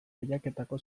lehiaketako